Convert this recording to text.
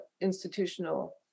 institutional